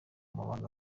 mabanga